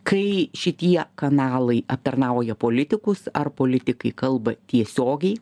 kai šitie kanalai aptarnauja politikus ar politikai kalba tiesiogiai